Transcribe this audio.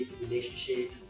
relationship